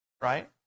right